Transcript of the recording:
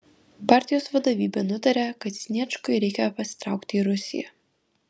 partijos vadovybė nutarė kad sniečkui reikia pasitraukti į rusiją